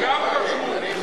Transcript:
גם כשרות.